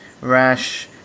rash